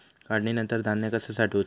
काढणीनंतर धान्य कसा साठवुचा?